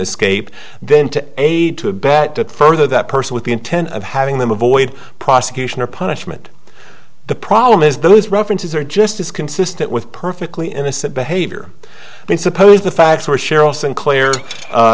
escape then to aid to abet that further that person with the intent of having them avoid prosecution or punishment the problem is those references are just as consistent with perfectly innocent behavior but suppose the facts were cheryl sinclair